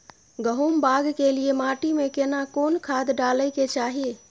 गहुम बाग के लिये माटी मे केना कोन खाद डालै के चाही?